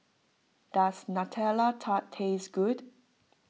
does Nutella Tart taste good